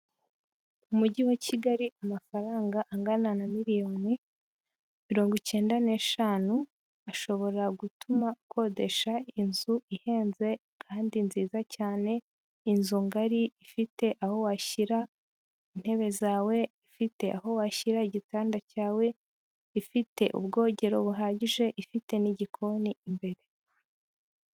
Umujyi wa Kigali amafaranga angana na miliyoni mirongo icyenda n'eshanu, ashobora gutuma ukodesha inzu ihenze kandi nziza cyane, inzu ngari ifite aho washyira intebe, zawe ifite aho washyira igitanda cyawe, ifite ubwogero buhagije, ifite n'igikoni imbere.